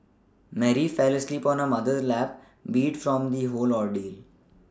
Mary fell asleep on her mother's lap beat from the whole ordeal